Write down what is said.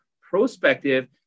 prospective